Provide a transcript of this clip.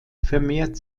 vermehrt